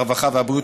הרווחה והבריאות,